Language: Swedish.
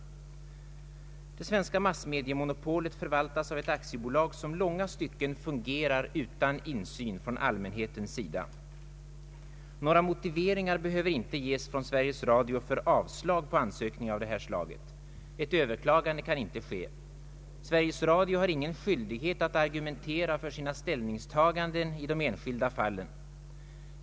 Det svenska massmediemonopolet förvaltas av ett aktiebolag, som i långa stycken fungerar utan insyn från allmänhetens sida. Några motiveringar behöver inte ges från Sveriges Radio för avslag på ansökningar av det här slaget, ett överklagande kan inte ske, Sveriges Radio har ingen skyldighet att argumentera för sina ställningstaganden i de enskilda fallen.